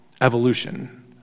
evolution